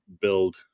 build